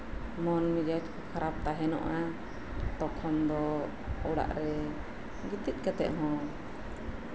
ᱢᱚᱱ ᱢᱮᱡᱟᱡ ᱠᱷᱟᱨᱟᱯ ᱛᱟᱸᱦᱮᱱᱚᱜᱼᱟ ᱛᱚᱠᱷᱚᱱ ᱫᱚ ᱚᱲᱟᱜᱨᱮ ᱜᱤᱛᱤᱡ ᱠᱟᱛᱮᱫ ᱦᱚᱸ